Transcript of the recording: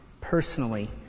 personally